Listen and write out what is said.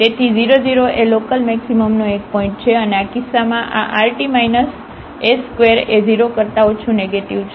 તેથી 0 0 એ લોકલમેક્સિમમનો એક પોઇન્ટ છે અને આ કિસ્સામાં આ rt s2એ 0 કરતા ઓછું નેગેટીવ છે